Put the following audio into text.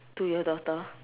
to your daughter